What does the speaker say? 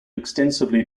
extensively